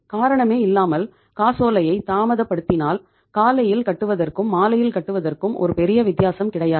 காரணமே இல்லாமல் காசோலையை தாமதப்படுத்தினால் காலையில் கட்டுவதற்கும் மாலையில் கட்டுவதற்கும் ஒரு பெரிய வித்தியாசம் கிடையாது